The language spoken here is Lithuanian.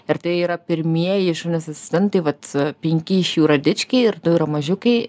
ir tai yra pirmieji šunys asistentai vat penki iš jų yra dičkiai ir du yra mažiukai